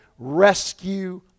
Rescue